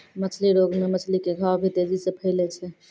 मछली रोग मे मछली के घाव भी तेजी से फैलै छै